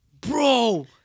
bro